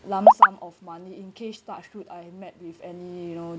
lump sum of money in case touchwood I met with any you know